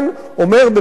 אומר בפה מלא,